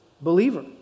believer